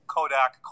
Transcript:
Kodak